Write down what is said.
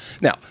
Now